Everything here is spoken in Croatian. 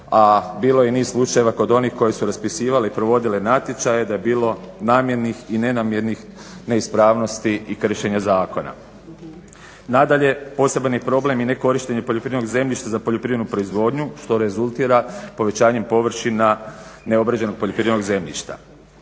a bilo je niz slučajeva kod onih koje su raspisivale i provodile natječaje da je bilo namjernih i nenamjernih neispravnosti i kršenja zakona. Nadalje, poseban je problem i nekorištenje poljoprivrednog zemljišta za poljoprivrednu proizvodnju što rezultira povećanjem površina neobrađenog poljoprivrednog zemljišta.